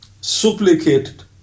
supplicated